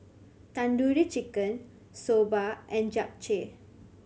Tandoori Chicken Soba and Japchae